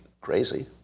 crazy